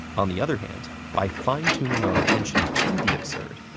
on the other hand, by fine-tuning our attention to the absurd,